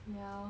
yeah lor